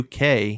UK